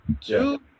two